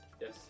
Yes